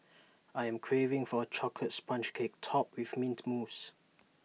I am craving for A Chocolate Sponge Cake Topped with Mint Mousse